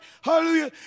hallelujah